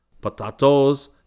Potatoes